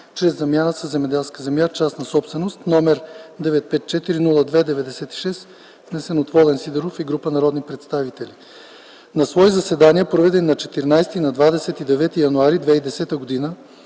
чрез замяна със земеделски земи – частна собственост, № 954-02-96, внесен от Волен Сидеров и група народни представители На свои заседания, проведени на 14 и 29 януари 2010 г.,